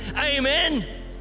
Amen